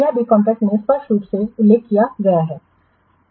यह भी कॉन्ट्रैक्ट में स्पष्ट रूप से उल्लेख किया गया है